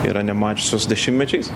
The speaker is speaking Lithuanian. yra nemačiusios dešimtmečiais